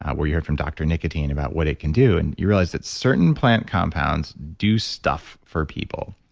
where you heard from dr. nicotine about what it can do. and you realize that certain plant compounds do stuff for people.